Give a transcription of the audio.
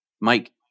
Mike